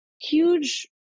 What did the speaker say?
huge